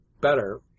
better